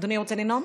אדוני רוצה לנאום?